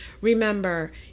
Remember